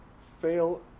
fail